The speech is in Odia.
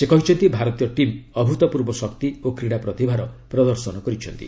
ସେ କହିଛନ୍ତି ଭାରତୀୟ ଟିମ୍ ଅଭୁତପୂର୍ବ ଶକ୍ତି ଓ କ୍ୱୀଡ଼ା ପ୍ରତିଭାର ପ୍ରଦର୍ଶନ କରିଛନ୍ତି